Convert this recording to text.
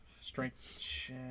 strength